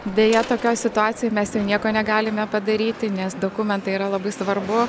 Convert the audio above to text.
deja tokioj situacijoj mes jau nieko negalime padaryti nes dokumentai yra labai svarbu